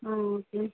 ஆ okay